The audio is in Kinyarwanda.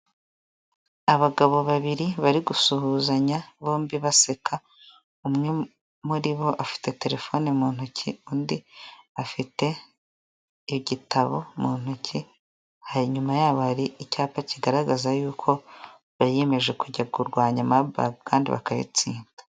Abagabo babiri bari gusuhuzanya bombi baseka umwe muri bo afite telefoni mu ntoki undi afite igitabo mu ntoki, hanyuma yabo hari icyapa kigaragaza yuko biyemeje kujya kurwanya mabaga kandi bakayitsinda.